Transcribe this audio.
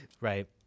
Right